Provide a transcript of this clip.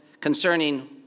concerning